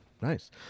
Nice